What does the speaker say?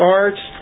arts